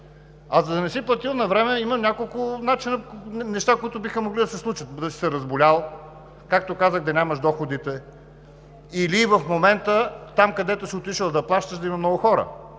За да не си платил навреме, има няколко неща, които биха могли да се случат – да си се разболял, както казах, да нямаш доходите или в момента там, където си отишъл да плащаш, да има много хора